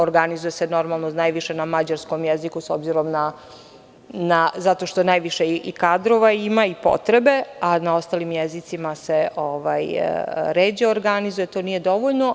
Organizuje se normalno, najviše na mađarskom jeziku s obzirom na zato što najviše i kadrova ima i potrebe, a na ostalim jezicima se ređe organizuje, to nije dovoljno.